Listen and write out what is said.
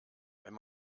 wenn